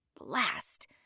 Blast